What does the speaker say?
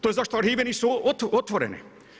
To je zašto arhive nisu otvorene.